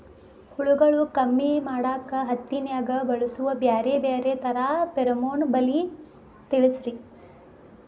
ಹುಳುಗಳು ಕಮ್ಮಿ ಮಾಡಾಕ ಹತ್ತಿನ್ಯಾಗ ಬಳಸು ಬ್ಯಾರೆ ಬ್ಯಾರೆ ತರಾ ಫೆರೋಮೋನ್ ಬಲಿ ತಿಳಸ್ರಿ